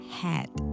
hat